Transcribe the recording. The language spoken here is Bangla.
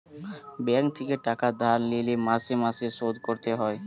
ব্যাঙ্ক থেকে টাকা ধার লিলে মাসে মাসে শোধ করতে হয়